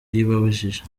yibajije